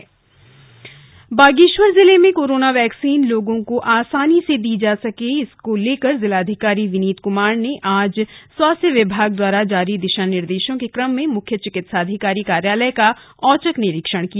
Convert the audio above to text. corona vaccine सुगमता बागेश्वर जिले में कोरोना वैक्सीन लोगों को आसानी से दी जा सके इसको लेकर जिलाधिकारी विनीत कुमार ने आज स्वास्थ विभाग द्वारा जारी दिशा निर्देषों के क्रम में मुख्य चिकित्साधिकारी कार्यालय का औचक निरीक्षण किया